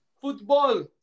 Football